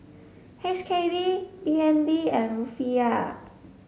H K D B N D and Rufiyaa